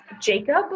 Jacob